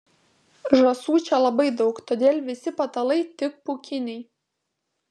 žąsų čia labai daug todėl visi patalai tik pūkiniai